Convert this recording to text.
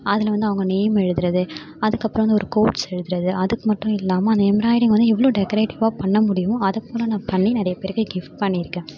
அதில் வந்து அவங்க நேம் எழுதுவது அதுக்கப்புறம் வந்து ஒரு கோர்ட்ஸ் எழுதுவது அதுக்கு மட்டும் இல்லாமல் அந்த எம்பிராய்டிங் வந்து எவ்வளோ டெக்கரேட்டிவ்வாக பண்ண முடியும் அதுக்கூட நான் பண்ணி நிறையா பேருக்கு கிஃப்ட் பண்ணியிருக்கேன்